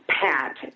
pat